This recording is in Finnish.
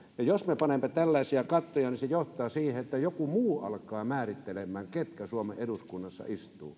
ja jos me panemme tällaisia kattoja niin se johtaa siihen että joku muu alkaa määrittelemään ketkä suomen eduskunnassa istuvat